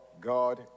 God